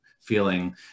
feeling